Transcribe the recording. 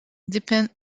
depend